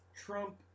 Trump